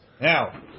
Now